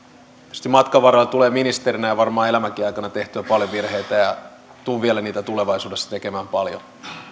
tietysti matkan varrella tulee ministerinä ja varmaan elämänkin aikana tehtyä paljon virheitä ja tulen vielä niitä tulevaisuudessa tekemään paljon